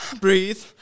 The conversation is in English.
Breathe